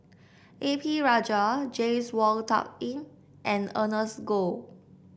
A P Rajah James Wong Tuck Yim and Ernest Goh